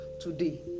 today